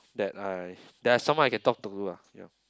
that I that I someone I can talk to do lah ya